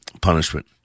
punishment